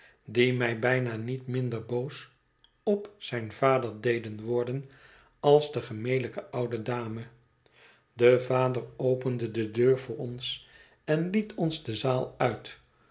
die mij bijna niet minder boos op zijn vader deden worden als de gemelijke oude dame de vader opende de deur voor ons en liet ons de zaal uit